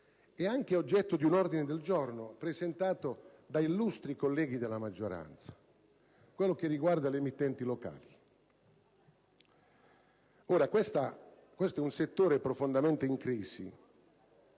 ed anche oggetto di un ordine del giorno presentato da illustri colleghi della maggioranza, e riguarda le emittenti locali. Questo è un settore profondamente in crisi,